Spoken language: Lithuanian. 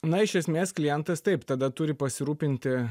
na iš esmės klientas taip tada turi pasirūpinti